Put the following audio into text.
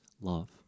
love